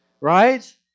right